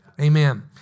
Amen